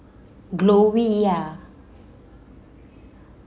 glory yeah